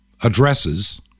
addresses